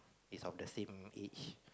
is of the same age